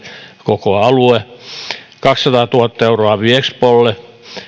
koko alue torniosta virojoelle kaksisataatuhatta euroa viexpolle